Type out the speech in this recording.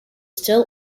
still